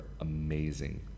amazing